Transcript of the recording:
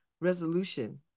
resolution